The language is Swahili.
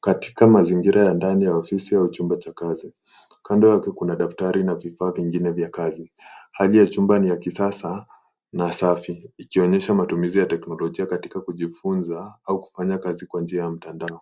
Katika mazingira ya ndani ya ofisi au chumba cha kazi, kando yake kuna daftari na vifaa vingine vya kazi. Hali ya chumba ni ya kisasa na safi ikionyesha matumizi ya teknolojia katika kujifunza au kufanya kazi kwa njia ya mtandao.